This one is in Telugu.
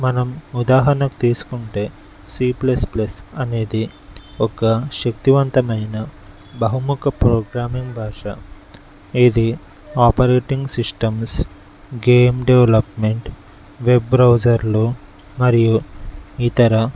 మనం ఉదాహరణకు తీసుకుంటే సి ప్లస్ ప్లస్ అనేది ఒక శక్తివంతమైన బహుముఖ ప్రోగ్రామింగ్ భాష ఇది operating systems game development web browsers మరియు ఇతర